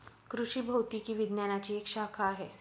कृषि भौतिकी विज्ञानची एक शाखा आहे